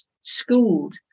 schooled